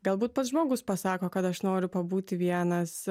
galbūt pats žmogus pasako kad aš noriu pabūti vienas